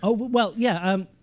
ah well, yeah. um